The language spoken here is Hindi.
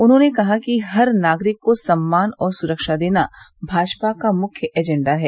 उन्होंने कहा कि हर नागरिक को सम्मान और सुरक्षा देना भाजपा का मुख्य एजेंडा है